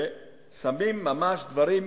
ושמים ממש דברים,